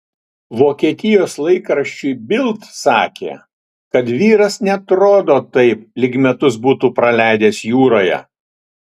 vokietijos laikraščiui bild sakė kad vyras neatrodo taip lyg metus būtų praleidęs jūroje